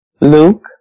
Luke